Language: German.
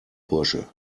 bursche